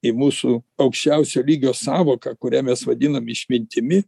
į mūsų aukščiausio lygio sąvoką kurią mes vadinam išmintimi